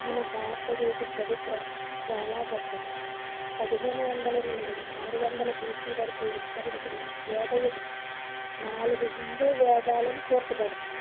మన భారతదేశ చరిత్ర చాలా గొప్పది పదిహేనువందల నుండి ఆరువందల బీసీ వరకు విస్తరించిన వేద యుగం నాలుగు హిందూ వేదాలను కూర్చబడింది